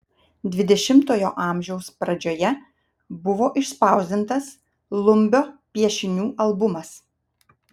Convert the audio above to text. dvidešimtojo amžiaus pradžioje buvo išspausdintas lumbio piešinių albumas